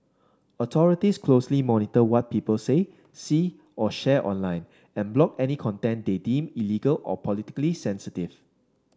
authorities closely monitor what people say see or share online and block any content they deem illegal or politically sensitive